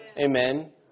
Amen